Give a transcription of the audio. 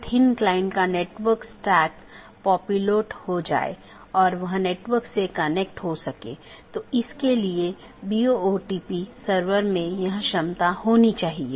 तो यह AS संख्याओं का एक सेट या अनुक्रमिक सेट है जो नेटवर्क के भीतर इस राउटिंग की अनुमति देता है